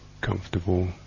comfortable